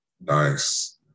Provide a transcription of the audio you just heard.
Nice